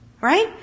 right